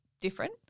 different